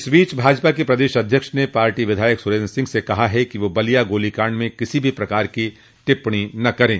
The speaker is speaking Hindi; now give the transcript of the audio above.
इस बीच भाजपा के प्रदेश अध्यक्ष ने पार्टी विधायक सुरेन्द्र सिंह से कहा है कि वे बलिया गोलीकांड में किसी भी प्रकार की टिप्पणी न करें